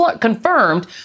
confirmed